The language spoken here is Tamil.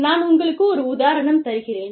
நான் உங்களுக்கு ஒரு உதாரணம் தருகிறேன்